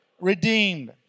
redeemed